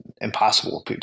impossible